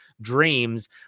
Dreams